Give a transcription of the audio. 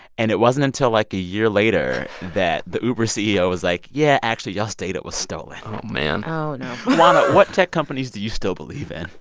and it wasn't until, like, a year later that the uber ceo was like yeah, actually, y'all's data was stolen oh, man oh, no juana, what tech companies do you still believe in?